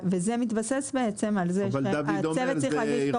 וזה מתבסס בעצם על זה שהצוות צריך להגיש תוך שישה חודשים.